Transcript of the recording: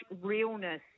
realness